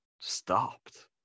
stopped